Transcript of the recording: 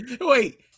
wait